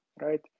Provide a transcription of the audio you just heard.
right